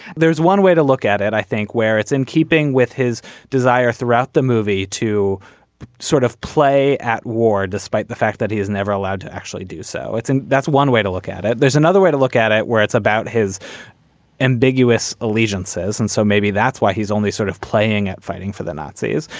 one way to look at it i think where it's in keeping with his desire throughout the movie to sort of play at war despite the fact that he isn't ever allowed to actually do so. and that's one way to look at it. there's another way to look at it where it's about his ambiguous allegiances and so maybe that's why he's only sort of playing at fighting for the nazis.